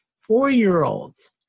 four-year-olds